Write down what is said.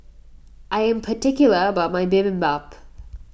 I am particular about my Bibimbap